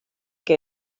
que